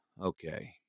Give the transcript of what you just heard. Okay